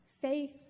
Faith